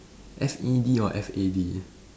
F E D or F A D